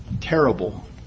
terrible